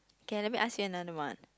K let me ask you another one